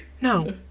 No